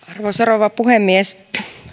arvoisa rouva puhemies